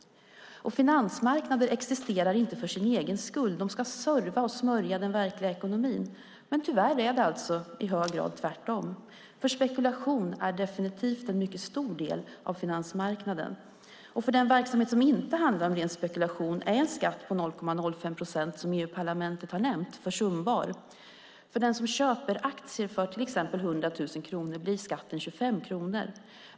Finansmarknader existerar inte för sin egen skull. De ska serva och smörja den verkliga ekonomin. Men tyvärr är det i hög grad tvärtom. Spekulation är definitivt en mycket stor del av finansmarknaden. Och för den verksamhet som inte handlar om ren spekulation är en skatt på 0,05 procent som EU-parlamentet har nämnt försumbar. För den som köper aktier för till exempel 100 000 kronor blir skatten 25 kronor.